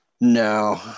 No